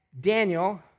Daniel